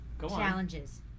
challenges